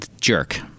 jerk